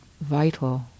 vital